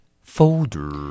Folder